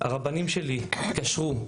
הרבנים שלי התקשרו,